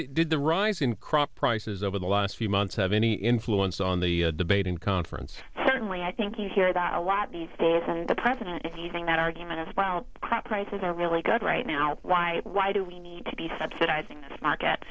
did the rise in crop prices over the last few months have any influence on the debate in conference certainly i think you hear that a lot these days and the president is using that argument as well crop prices are really good right now why why do we need to be subsidizing this market